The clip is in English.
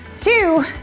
two